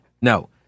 No